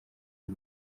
ibi